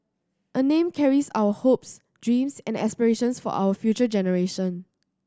a name carries our hopes dreams and aspirations for our future generation